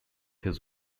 his